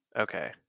Okay